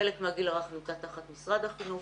חלק מהגיל הרך נמצא תחת משרד החינוך,